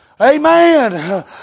Amen